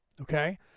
Okay